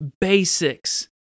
basics